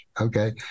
Okay